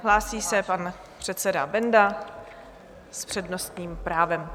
Hlásí se pan předseda Benda s přednostním právem.